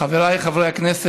אל תגיד לי די.